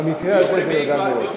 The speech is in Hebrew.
במקרה הזה זה מוזר מאוד.